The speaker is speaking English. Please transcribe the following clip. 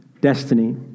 destiny